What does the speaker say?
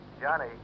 Johnny